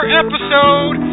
episode